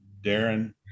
darren